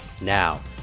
Now